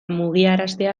mugiaraztea